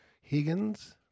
Higgins